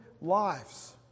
lives